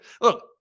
Look